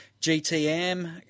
GTM